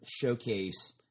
showcase